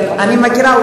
כן, אני מכירה.